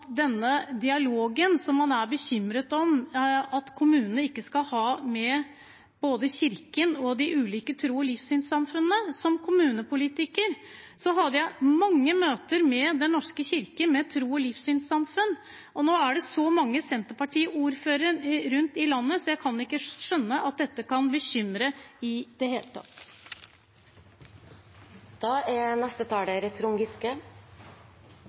kommunene ikke skal ha med både Kirken og de ulike tros- og livssynssamfunnene. Som kommunepolitiker hadde jeg mange møter med Den norske kirke og andre tros- og livssynssamfunn. Nå er det så mange Senterparti-ordførere rundt i landet, så jeg kan ikke skjønne at dette kan bekymre Senterpartiet i det hele